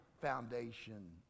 foundation